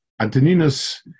Antoninus